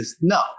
No